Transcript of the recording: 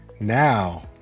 Now